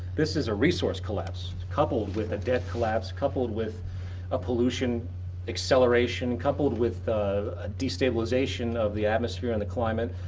this is a resource collapse coupled with a debt collapse, coupled with a pollution acceleration coupled with a destabilization of the atmosphere and the climate.